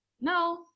No